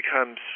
becomes